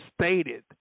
stated